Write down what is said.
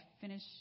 finish